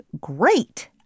great